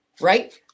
right